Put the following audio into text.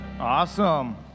Awesome